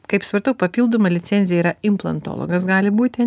kaip supratau papildoma licencija yra implantologas gali būti